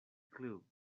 clue